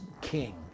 king